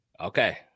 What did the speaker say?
Okay